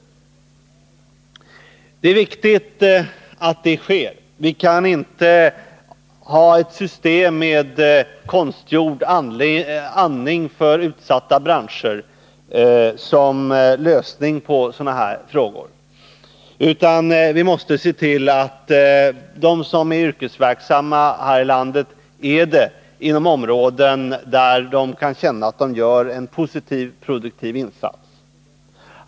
Det är viktigt att det sker. Vi kan inte ha ett system med konstgjord 67 andning för utsatta branscher som en lösning på sådana här frågor, utan vi måste se till att de som är yrkesverksamma här i landet är det inom områden där de kan känna att de gör en positiv produktiv insats.